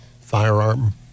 firearm